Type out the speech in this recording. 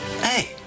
Hey